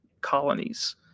colonies